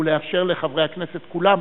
ולאפשר לחברי הכנסת כולם,